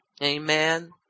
Amen